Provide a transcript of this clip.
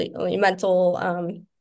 mental